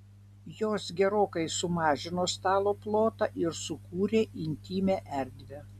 jos gerokai sumažino stalo plotą ir sukūrė intymią erdvę